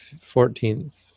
fourteenth